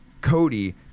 Cody